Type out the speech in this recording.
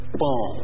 boom